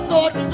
God